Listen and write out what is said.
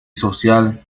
social